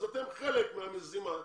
אתם חלק מהמזימה,